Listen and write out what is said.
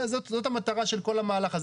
זאת המטרה של כל המהלך הזה.